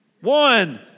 One